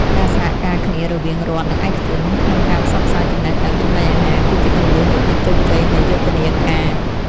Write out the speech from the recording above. ការសហការគ្នារវាងរដ្ឋនិងឯកជនក្នុងការផ្សព្វផ្សាយចំណេះដឹងចំណីអាហារ គឺជាគន្លឹះនៃភាពជោគជ័យនៃយុទ្ធនាការ។